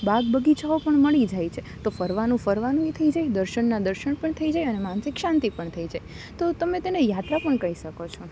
બાગ બગીચાઓ પણ મળી જાય છે તો ફરવાનું ફરવાનુંય થઈ જાય દર્શનના દર્શન પણ થઈ જાય અને માનસિક શાંતિ પણ થઈ જાય તો તમે તેને યાત્રા પણ કઈ શકો છો